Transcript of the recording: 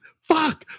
fuck